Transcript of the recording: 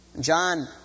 John